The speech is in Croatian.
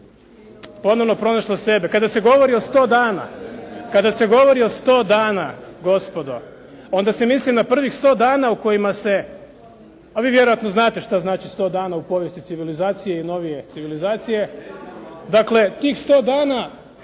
govori o 100 dana, kada se govori o 100 dana gospodo, onda se misli na prvih 100 dana u kojima se, a vi vjerojatno znate šta znači 100 dana u povijesti civilizacije i novije civilizacije. Dakle tih 100 dana